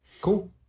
Cool